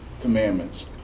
commandments